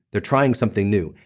they're trying something new.